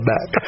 Back